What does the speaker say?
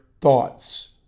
thoughts